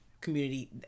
community